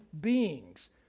beings